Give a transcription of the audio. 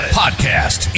podcast